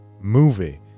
movie